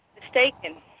mistaken